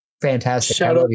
Fantastic